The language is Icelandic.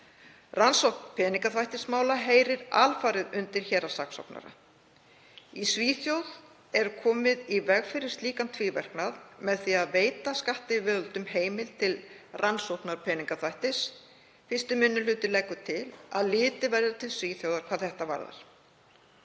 Rannsókn peningaþvættismála heyrir alfarið undir héraðssaksóknara. Í Svíþjóð er komið í veg fyrir slíkan tvíverknað með því að veita skattyfirvöldum heimild til rannsóknar peningaþvættis. 1. minni hluti leggur til að litið verði til Svíþjóðar hvað þetta varðar.